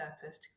purpose